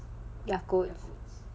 yakult